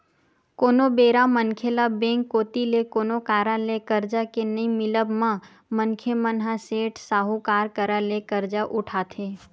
कोनो बेरा मनखे ल बेंक कोती ले कोनो कारन ले करजा के नइ मिलब म मनखे मन ह सेठ, साहूकार करा ले करजा उठाथे